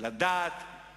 לדעת